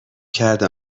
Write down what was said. کرد